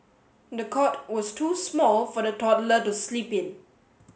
the cot was too small for the toddler to sleep in